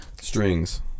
strings